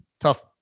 tough